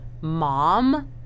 mom